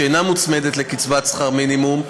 שאינה מוצמדת לקצבת שכר מינימום,